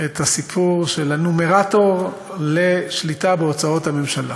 הסיפור של הנומרטור לשליטה בהוצאות הממשלה.